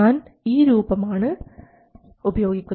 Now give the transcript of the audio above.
ഞാൻ ഈ രൂപം ആണ് ഉപയോഗിക്കുന്നത്